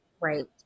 right